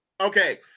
Okay